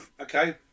Okay